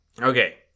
Okay